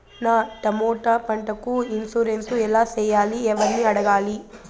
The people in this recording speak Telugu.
నా టమోటా పంటకు ఇన్సూరెన్సు ఎలా చెయ్యాలి? ఎవర్ని అడగాలి?